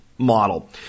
Model